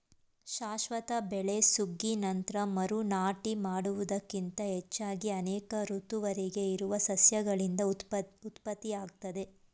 ಶಾಶ್ವತ ಬೆಳೆ ಸುಗ್ಗಿ ನಂತ್ರ ಮರು ನಾಟಿ ಮಾಡುವುದಕ್ಕಿಂತ ಹೆಚ್ಚಾಗಿ ಅನೇಕ ಋತುವರೆಗೆ ಇರುವ ಸಸ್ಯಗಳಿಂದ ಉತ್ಪತ್ತಿಯಾಗ್ತದೆ